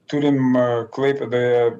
turim klaipėdoje